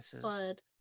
Blood